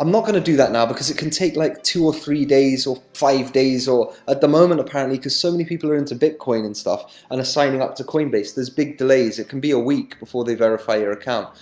i'm not going to do that now, because it can take like, two or three days, or five days or, at the moment apparently, because so many people are into bitcoin and stuff and are signing up to coinbase, there's big delays it can be a week before they verify your account,